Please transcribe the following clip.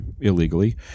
illegally